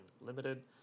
limited